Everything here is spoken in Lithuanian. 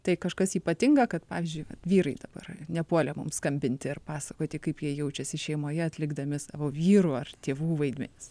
tai kažkas ypatinga kad pavyzdžiui vyrai dabar nepuolė mums skambinti ir pasakoti kaip jie jaučiasi šeimoje atlikdami savo vyrų ar tėvų vaidmenis